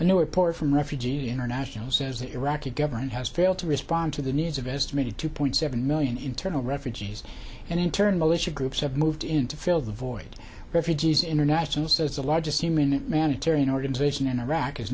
new report from refugees international says the iraqi government has failed to respond to the needs of estimated two point seven million internal refugees and internal issue groups have moved in to fill the void refugees international says the largest human it manager in organisation in iraq is